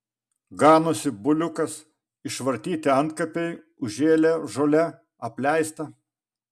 ganosi buliukas išvartyti antkapiai užžėlę žole apleista